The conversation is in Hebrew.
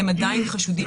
הם עדיין חשודים.